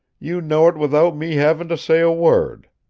you know it without me having to say a word.